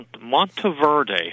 Monteverde